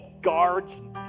guards